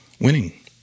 winning